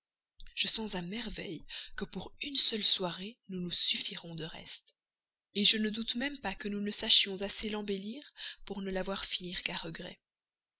je sens à merveille que pour une seule soirée nous nous suffirons de reste je ne doute même pas que nous ne sachions assez l'embellir pour ne la voir finir qu'à regret